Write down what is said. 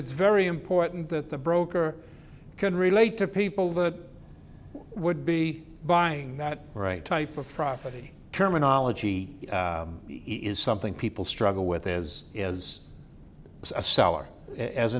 it's very important that the broker can relate to people that would be buying that right type of property terminology is something people struggle with as as a seller as